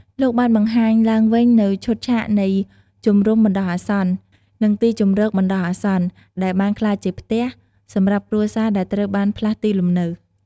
លោកបានបង្ហាញឡើងវិញនូវឈុតឆាកនៃ ជំរុំបណ្ដោះអាសន្ន និងទីជម្រកបណ្ដោះអាសន្ន ដែលបានក្លាយជា "ផ្ទះ" សម្រាប់គ្រួសារដែលត្រូវបានផ្លាស់ទីលំនៅ។